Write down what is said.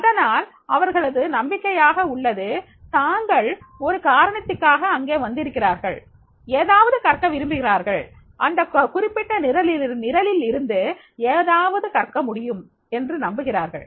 அதனால் அவர்களது நம்பிக்கையாக உள்ளது தாங்கள் ஒரு காரணத்திற்காக அங்கே வந்திருக்கிறார்கள் ஏதாவது கற்க விரும்புகிறார்கள் அந்த குறிப்பிட்ட நிரலிலிருந்து ஏதாவது கற்க முடியும் என்று நம்புகிறார்கள்